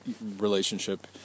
relationship